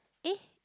eh